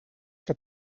que